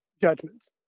judgments